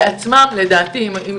לדעתי אנשי 105 בעצמם,